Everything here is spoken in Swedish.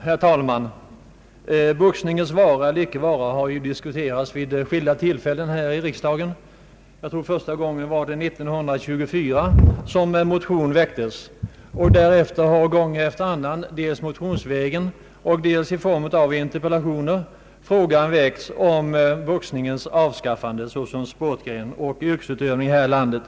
Herr talman! Boxningens vara eller inte vara har diskuterats vid skilda tillfällen här i riksdagen. Jag tror att förs ta gången var år 1924, då en motion väcktes. Därefter har tid efter annan dels motionsvägen, dels i form av interpellationer frågan väckts om boxningens avskaffande såsom sportgren och yrkesutövning här i landet.